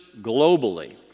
globally